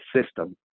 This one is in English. system